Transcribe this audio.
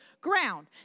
ground